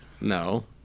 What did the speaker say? No